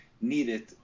needed